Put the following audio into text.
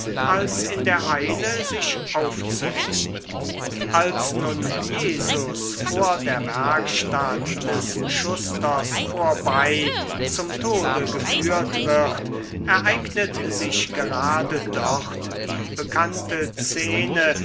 als in der eile sich aufzuhängen als nun jesus vor der werkstatt des schusters vorbei zum tode geführt wird ereignet sich gerade dort die bekannte szene